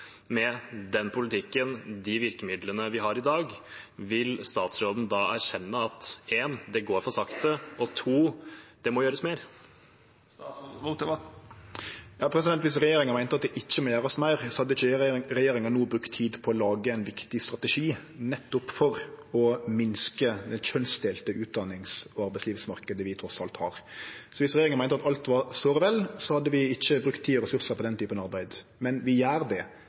med den politikken og de virkemidlene vi har i dag, vil statsråden da erkjenne for det første at det går for sakte, og for det andre at det må gjøres mer? Dersom regjeringa meinte at det ikkje måtte gjerast meir, hadde ikkje regjeringa no brukt tid på å lage ein viktig strategi nettopp for å minske den kjønnsdelte utdannings- og arbeidslivsmarknaden vi trass i alt har. Dersom regjeringa meinte at alt var såre vel, hadde vi ikkje brukt tid og ressursar på den typen arbeid. Men vi gjer det,